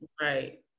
right